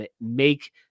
make